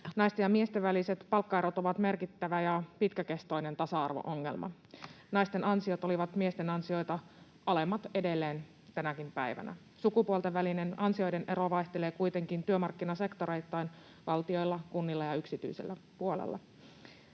Naisten ja miesten väliset palkkaerot ovat merkittävä ja pitkäkestoinen tasa-arvo-ongelma. Naisten ansiot ovat miesten ansioita alemmat edelleen, tänäkin päivänä. Sukupuolten välinen ansioiden ero vaihtelee kuitenkin työmarkkinasektoreittain valtiolla, kunnilla ja yksityisellä puolella.